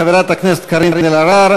חברת הכנסת קארין אלהרר.